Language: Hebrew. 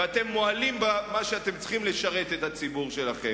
אתם מועלים במה שאתם צריכים לעשות כדי לשרת את הציבור שלכם.